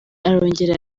arongera